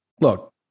look